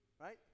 right